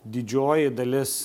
didžioji dalis